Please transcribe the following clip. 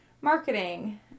marketing